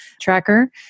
tracker